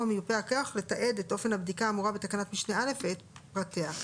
מיופה הכוח לתעד את אופן הבדיקה האמורה בתקנת משנה (א) ואת פרטיה,